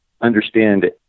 understand